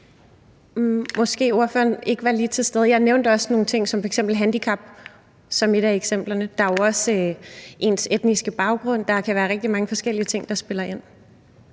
Måske var ordføreren ikke lige til stede. Jeg nævnte også nogle ting som f.eks. handicap som et af eksemplerne. Der er jo også ens etniske baggrund. Der kan være rigtig mange forskellige ting, der spiller ind.